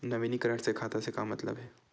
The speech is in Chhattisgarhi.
नवीनीकरण से खाता से का मतलब हे?